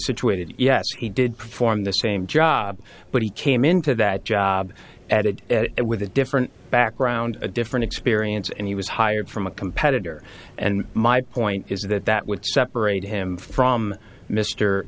situated yes he did perform the same job but he came into that job at it with a different background a different experience and he was hired from a competitor and my point is that that would separate him from m